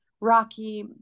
rocky